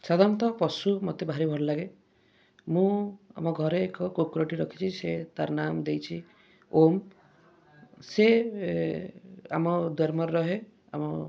ସାଧାରଣତଃ ପଶୁ ମତେ ଭାରି ଭଲ ଲାଗେ ମୁଁ ଆମ ଘରେ ଏକ କୁକୁରଟି ରଖିଛି ସେ ତାର ନାମ ଦେଇଛି ଓମ୍ ସେ ଆମ ଦୁଆର ମୁହଁରେ ରହେ ଆମ